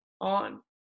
on